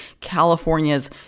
California's